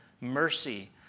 mercy